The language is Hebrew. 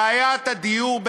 בעיית הדיור,